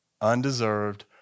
undeserved